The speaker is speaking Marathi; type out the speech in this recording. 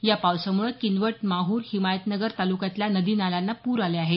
या पावसामुळे किनवट माहूर हिमायतनगर तालुक्यातल्या नदी नाल्यांना पूर आले आहेत